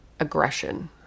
Aggression